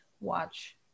watch